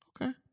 Okay